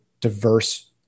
diverse